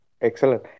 Excellent